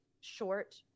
short